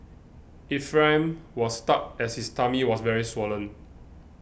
Ephraim was stuck as his tummy was very swollen